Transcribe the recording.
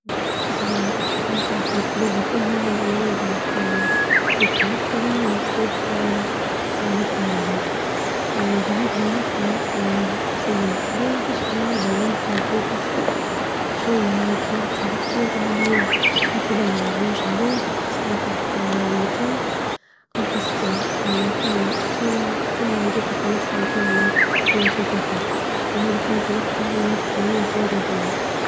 طبعا أكثر محظوظة فيها هو إنني بعد مشيت المكتبة ونسين نقالي الهاتف وبعد روحنا وصلنا الكلية دورت ملجيتش، شوية كلمت صحبتي جول لها يلا منرنوش عليه لأنه المكان ونحصلوه وفعلا مشينا ولجيته في نفس المكان اللي نسيته فيه، وهذي كانت من وقتها من المواقف اللي أني محظوظة فيها.